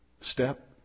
step